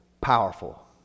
powerful